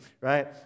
right